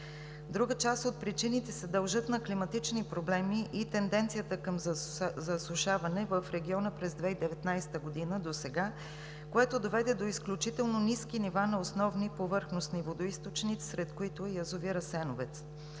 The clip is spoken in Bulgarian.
Друга част от причините се дължат на климатични проблеми и тенденцията към засушаване в региона през 2019 г. досега, което доведе до изключително ниски нива на основни повърхностни водоизточници, сред които и язовир „Асеновец“.